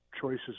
choices